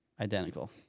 identical